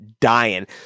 dying